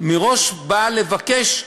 מראש באה לבקש,